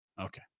Okay